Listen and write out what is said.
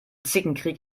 zickenkrieg